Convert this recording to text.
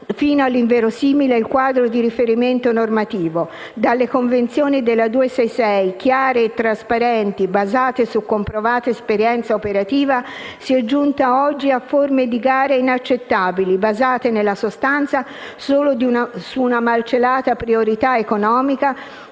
fino all'inverosimile il quadro di riferimento normativo. Dalle convenzioni della legge n. 266 del 1991, chiare e trasparenti, basate su comprovata esperienza operativa, si è giunti oggi a forme di gare inaccettabili, basate, nella sostanza, solo su di una malcelata priorità economica,